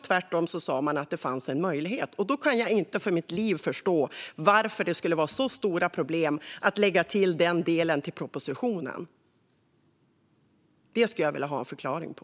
Tvärtom fanns det en möjlighet. Jag kan därför inte för mitt liv förstå att det ska vara ett så stort problem att lägga till denna del till propositionen. Detta vill jag ha en förklaring på.